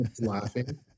laughing